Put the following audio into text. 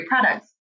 products